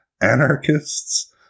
anarchists